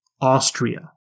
Austria